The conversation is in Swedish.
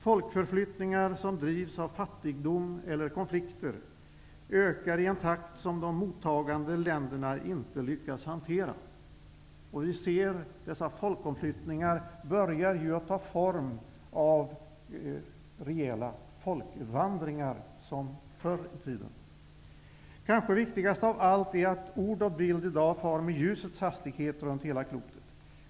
Folkförflyttningar på grund av fattigdom eller konflikter ökar i en takt som de mottagande länderna inte lyckas hantera. Vi ser att dessa folkomflyttningar nu, som förr i tiden, börjar att ta form av reella folkvandringar. Kanske viktigast av allt är att ord och bild i dag far med ljusets hastighet runt hela klotet.